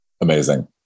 Amazing